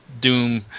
Doom